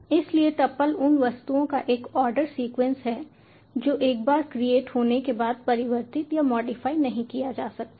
इसलिए टप्पल उन वस्तुओं का एक ऑर्डर सीक्वेंस है जो एक बार क्रिएट होने के बाद परिवर्तित या मॉडिफाई नहीं किया जा सकता है